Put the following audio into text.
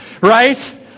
Right